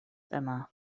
yma